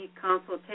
consultation